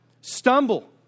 stumble